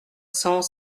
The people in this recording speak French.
cent